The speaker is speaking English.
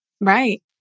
Right